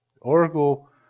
oracle